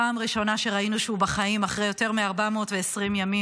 פעם ראשונה שראינו שהוא בחיים אחרי יותר מ-420 ימים.